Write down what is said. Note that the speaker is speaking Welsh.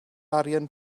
arian